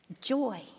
Joy